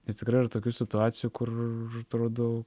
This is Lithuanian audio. ir tikrai yra tokių situacijų kur atrodo